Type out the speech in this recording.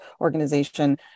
organization